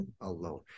alone